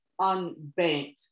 unbanked